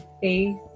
faith